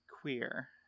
queer